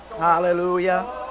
Hallelujah